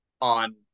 on